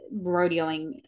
rodeoing